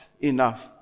enough